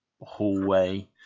hallway